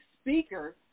speaker